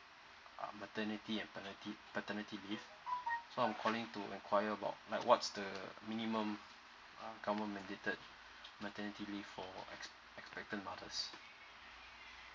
uh maternity and panerty paternity leave so I'm calling to enquire about like what's the minimum um government mandated maternity leave for ex~ expecting mothers